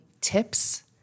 tips